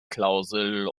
klausel